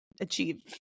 achieve